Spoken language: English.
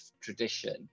tradition